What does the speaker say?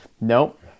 Nope